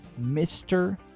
mr